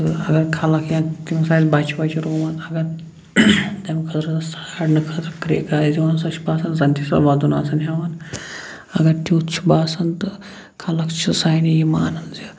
تہٕ اگر خلق یا تٔمِس آسہِ بَچہِ وَچہِ روٚومُت اگر تَمہِ خٲطرٕ ژھانڈنہٕ خٲطرٕ آسہِ سۄ کریٚکہٕ آسہِ دِوان سۄ چھِ باسان وَدُن ہٮ۪وان اگر تیُتھ چھُ باسان تہٕ خلق چھِ سانہِ یہِ مانان زِ